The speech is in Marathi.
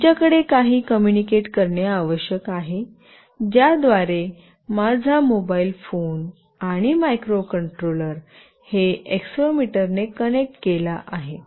आमच्याकडे काही कॉम्युनिकेट करणे आवश्यक आहे ज्या द्वारे माझा मोबाइल फोन आणि मायक्रोकंट्रोलर हे एक्सेलेरोमीटर ने कनेक्ट केला आहे